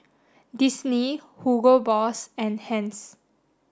Disney Hugo Boss and Heinz